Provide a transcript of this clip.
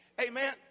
Amen